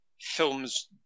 films